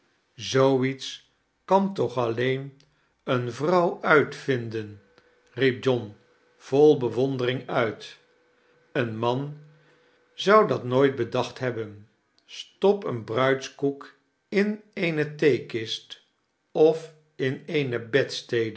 iets kan vrouw uitvinden riep john vol bewondering uiit een man zou dat nooit bedacht hebben stop een bruidskoak in eene theekist of in eene